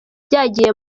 byagiye